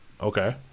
Okay